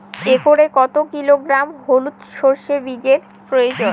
একরে কত কিলোগ্রাম হলুদ সরষে বীজের প্রয়োজন?